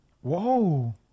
Whoa